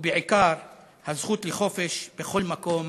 ובעיקר, זכות לחופש בכל מקום,